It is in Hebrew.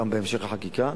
גם בהמשך החקיקה,